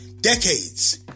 decades